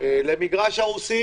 במגרש הרוסים